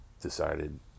decided